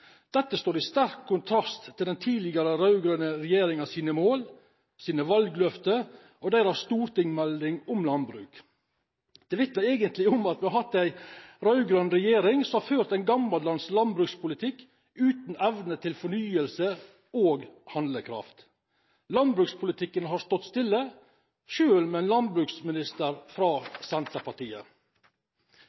Dette står i sterk kontrast til den tidligere rød-grønne regjeringens mål, valgløfter og stortingsmelding om landbruk. Dette vitner egentlig om at vi har hatt en rød-grønn regjering som har ført en gammeldags jordbrukspolitikk uten evne til fornyelse og handlekraft. Landbrukspolitikken har stått stille selv med en landbruksminister fra Senterpartiet.